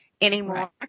anymore